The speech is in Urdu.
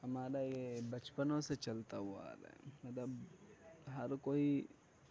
ہمارا یہ بچپن سے چلتا ہوا آ رہا ہے مطلب ہر کوئی